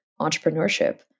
entrepreneurship